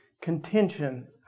contention